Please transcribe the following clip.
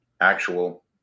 actual